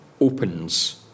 opens